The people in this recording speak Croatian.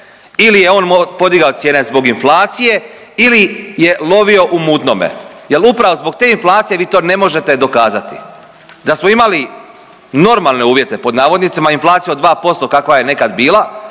ili je on podigao cijene zbog inflacije ili je lovio u mutnome jer upravo zbog te inflacije vi to ne možete dokazati. Da smo imali normalne uvjete pod navodnicima inflaciju od 2%, kakva je nekad bila,